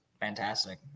fantastic